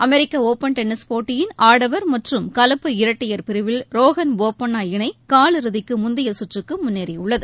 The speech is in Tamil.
அமெரிக்க ஒபன் டென்னிஸ் போட்டியின் ஆடவர் மற்றும் கலப்பு இரட்டையர் பிரிவில் ரோஹன் போபண்ணா இணை காலிறுதிக்கு முந்தைய சுற்றுக்கு முன்னேறியுள்ளது